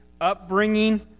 upbringing